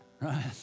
right